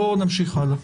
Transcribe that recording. בואו נמשיך הלאה,